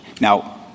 Now